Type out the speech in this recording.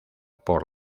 por